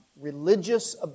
religious